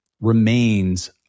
remains